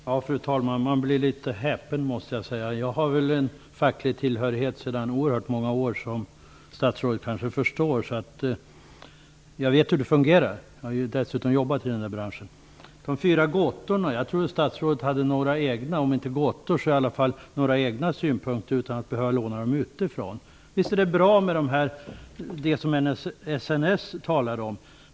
Fru talman! Man blir litet häpen, måste jag säga. Jag har en facklig tillhörighet sedan många år, som statsrådet kanske förstår, och jag vet hur det fungerar. Jag har dessutom jobbat i den här branschen. Statsrådet talar om de fyra gåtorna. Jag trodde att statsrådet hade några egna om inte gåtor så i alla fall några egna synpunkter utan att behöva låna dem utifrån. Visst är det bra med det som SNS talar om.